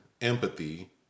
empathy